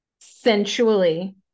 sensually